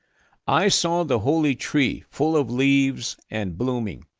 i saw the holy tree full of leaves and blooming.